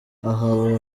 aha